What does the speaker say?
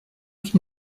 qu’il